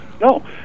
No